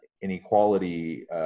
inequality